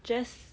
just